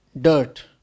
dirt